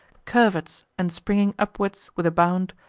curvets, and, springing upward with a bound,